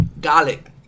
garlic